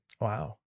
wow